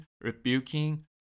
rebuking